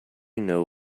know